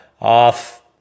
off